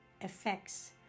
effects